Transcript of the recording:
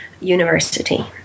University